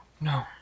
No